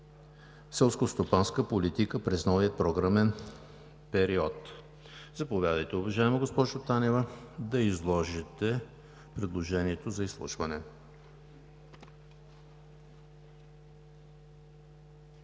селскостопанска политика през новия програмен период. Заповядайте, уважаема госпожо Танева, да изложите предложението за изслушване.